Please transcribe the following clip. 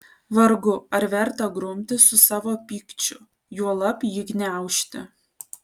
vargu ar verta grumtis su savo pykčiu juolab jį gniaužti